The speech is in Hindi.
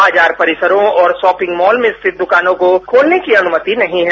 वाजार परिसरों और शॉपिंग मॉल में स्थित दुकानों को खोलने की अनुमतिनही है